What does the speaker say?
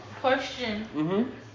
question